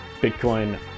Bitcoin